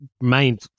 main